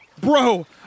Bro